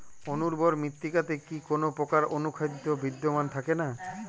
অনুর্বর মৃত্তিকাতে কি কোনো প্রকার অনুখাদ্য বিদ্যমান থাকে না?